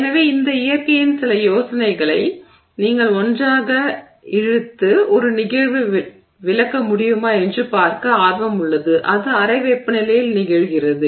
எனவே இந்த இயற்கையின் சில யோசனைகளை நீங்கள் ஒன்றாக இழுத்து ஒரு நிகழ்வை விளக்க முடியுமா என்று பார்க்க ஆர்வம் உள்ளது அது அறை வெப்பநிலையில் நிகழ்கிறது